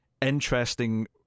interesting